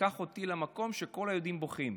תיקח אותי למקום שכל היהודים בוכים.